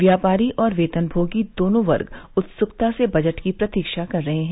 व्यापारी और वेतनमोगी दोनों वर्ग उत्सुकता से बजट की प्रतीक्षा कर रहे हैं